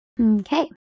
Okay